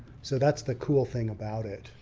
so that's the cool thing about it.